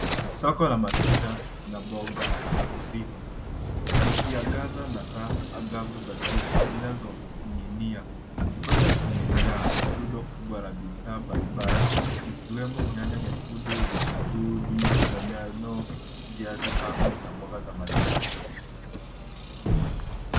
Soko la matunda na mboga usiku, vikiangaza na taa angavu za juu zinazoning'inia. Kibanda kimejaa rundo kubwa la bidhaa mbali mbali ikiwemo nyanya nyekundu, vitunguu, ndizi za njano, viazi tamu na mboga za majani.